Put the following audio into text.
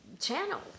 channel